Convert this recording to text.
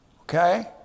Okay